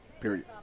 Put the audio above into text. period